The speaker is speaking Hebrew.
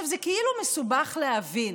זה כאילו מסובך להבין,